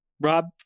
Rob